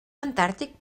antàrtic